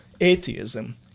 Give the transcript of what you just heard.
atheism